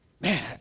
man